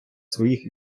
своїх